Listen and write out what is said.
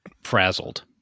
frazzled